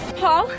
Paul